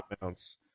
amounts